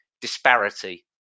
disparity